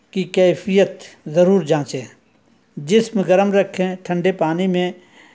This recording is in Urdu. کی کیفیت ضرور جانچیں جسم گرم رکھیں ٹھنڈے پانی میں